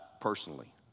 personally